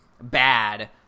bad